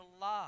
love